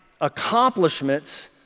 accomplishments